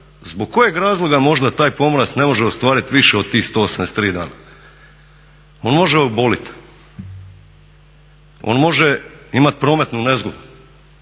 zbog kojeg razloga možda taj pomorac ne može ostvarit više od tih 183 dana. On može oblit, on može imat prometnu nezgodu,